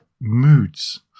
moods